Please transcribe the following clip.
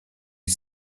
you